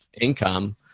income